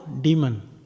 demon